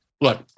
look